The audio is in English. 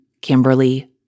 Kimberly